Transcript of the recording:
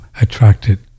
attracted